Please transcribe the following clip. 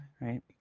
right